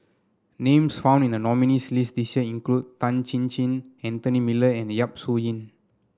names found in the nominees' list this year include Tan Chin Chin Anthony Miller and Yap Su Yin